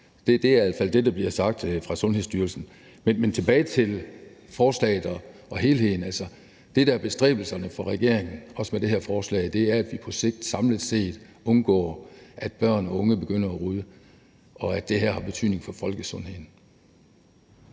det er i al fald det, der bliver sagt fra Sundhedsstyrelsen. Men tilbage til forslaget og helheden: Det, der er bestræbelserne for regeringen, også med det her forslag, er, at vi samlet set på sigt undgår, at børn og unge begynder at ryge, og det her har en betydning for folkesundheden.